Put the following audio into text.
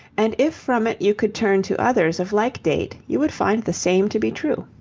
and if from it you could turn to others of like date, you would find the same to be true.